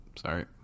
Sorry